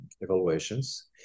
evaluations